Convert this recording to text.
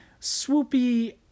swoopy